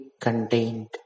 contained